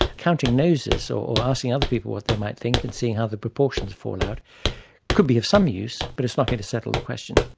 counting noses, or asking other people what they might think and seeing how the proportions fall out could be of some use, but it's not going to settle the question.